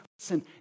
listen